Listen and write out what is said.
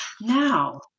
now